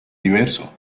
diverso